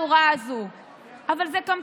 להירגע קצת.